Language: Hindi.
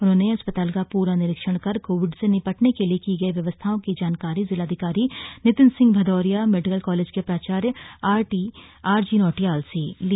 उन्होंने अस्पताल का पूरा निरीक्षण कर कोविड से निपटने के लिए की गयी व्यवस्थाओं की जानकारी जिलाधिकारी नितिन सिंह भदौरिया मेडिकल कॉलेज के प्राचार्य आर जी नौटियाल से ली